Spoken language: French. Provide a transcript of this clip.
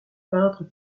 peintres